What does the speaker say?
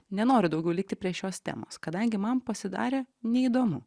nenoriu daugiau likti prie šios temos kadangi man pasidarė neįdomu